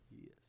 Yes